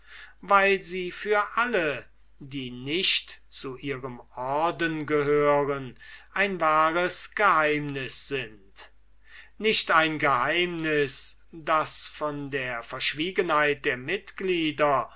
weil sie für alle die nicht zu ihrem orden gehören ein wahres geheimnis sind nicht ein geheimnis das von der verschwiegenheit der mitglieder